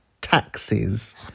taxes